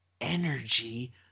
energy